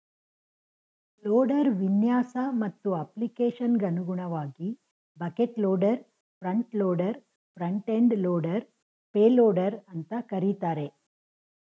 loader ವಿನ್ಯಾಸ ಮತ್ತು ಅಪ್ಲಿಕೇಶನ್ಗನುಗುಣವಾಗಿ bucket loader front loader front end loader payloader ಅಂತ ಕರೀತಾರೆ